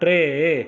टे